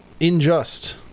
Injust